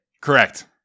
Correct